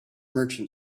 merchant